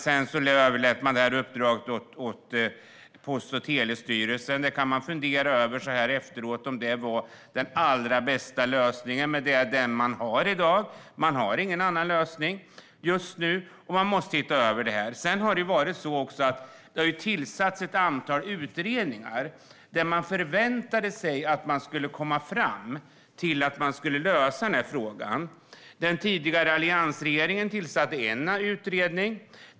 Sedan överlät man uppdraget på Post och telestyrelsen. Så här i efterhand kan man fundera på om det var den allra bästa lösningen. Det är dock den lösning man har i dag. Man har ingen annan lösning just nu, och man måste se över detta. Det har också tillsatts ett antal utredningar. Man väntade sig att man skulle komma fram till en lösning på frågan. Den tidigare alliansregeringen tillsatte en utredning.